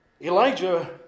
Elijah